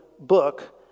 book